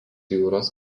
jūros